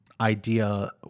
idea